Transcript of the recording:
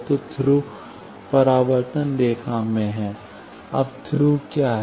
तो थ्रू परावर्तन रेखा में है अब थ्रू क्या है